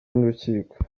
n’urukiko